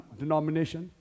denomination